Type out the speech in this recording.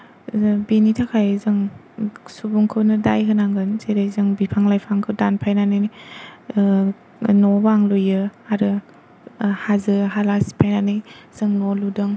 जों बेनिथाखाय जों सुबुंखौनो दाय होनांगोन जेरै जों बिफां लाइफांखौ दानफायनानै न बां लुयो आरो हाजो हाला सिफायनानै जों न लुदों